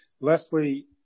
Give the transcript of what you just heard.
Leslie